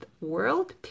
World